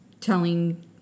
telling